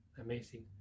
Amazing